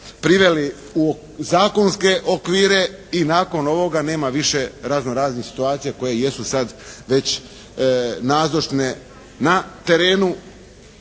priveli u zakonske okvire i nakon ovoga nema više razno-raznih situacija koje jesu sad već nazočne na terenu.